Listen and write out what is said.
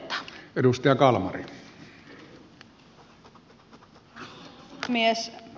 arvoisa herra puhemies